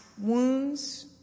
wounds